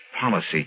policy